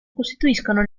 costituiscono